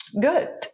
good